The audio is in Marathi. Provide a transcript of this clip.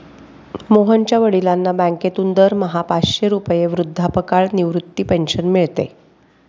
मोहनच्या वडिलांना बँकेतून दरमहा पाचशे रुपये वृद्धापकाळ निवृत्ती पेन्शन मिळते